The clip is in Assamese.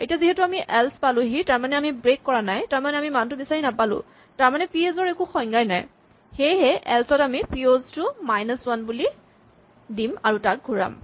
এতিয়া যিহেতু আমি এল্চ পালোহি তাৰমানে আমি ব্ৰেক কৰা নাই তাৰমানে মানটো বিচাৰি নাপালো তাৰমানে পিঅ'ছ ৰ একো সংজ্ঞা নাই সেয়েহে এল্চ ত আমি পিঅ'ছ টো মাইনাচ ৱান বুলি দিম আৰু তাক ঘূৰাম